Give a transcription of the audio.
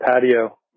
patio